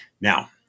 Now